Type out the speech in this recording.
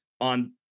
on